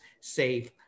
safe